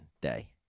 day